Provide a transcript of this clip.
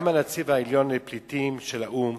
גם הנציב העליון לפליטים של האו"ם